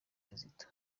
kizito